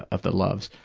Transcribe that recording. of the loves.